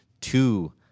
two